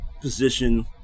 position